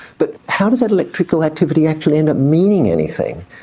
but how does that electrical activity actually end up meaning anything?